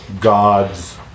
God's